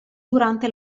durante